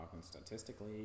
statistically